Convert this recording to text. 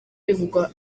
bivugwa